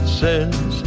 says